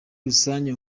rusange